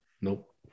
Nope